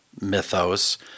mythos